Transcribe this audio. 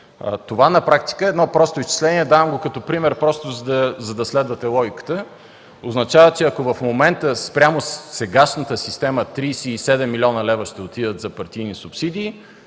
Това на практика е едно просто изчисление и го давам като пример, за да следвате логиката. Това означава, че ако в момента спрямо сегашната система – 37 млн. лв., ще отидат за партийни субсидии,